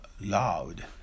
loud